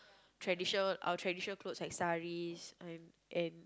traditional our traditional clothes and saris and and